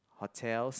hotels